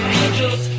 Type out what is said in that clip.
angels